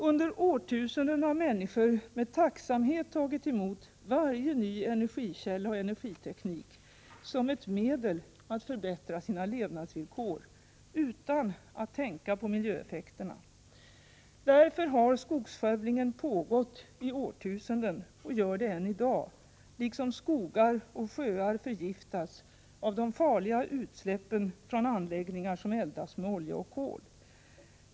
Under årtusenden har människorna med tacksamhet tagit emot varje ny energikälla och energiteknik som ett medel att förbättra sina levnadsvillkor, utan att tänka på miljöeffekterna. Därför har skogsskövlingen pågått i årtusenden och gör det än i dag, liksom skogar och sjöar förgiftas av de farliga utsläppen från anläggningar som eldas med olja och kol.